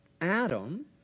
Adam